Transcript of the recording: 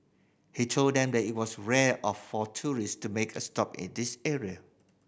he told them that it was rare of for tourist to make a stop at this area